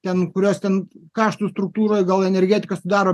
ten kurios ten kaštų struktūroj gal energetika sudaro